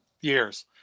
years